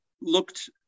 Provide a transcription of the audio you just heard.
looked